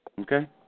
Okay